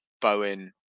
Bowen